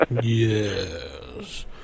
Yes